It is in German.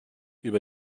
über